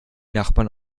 nachbarn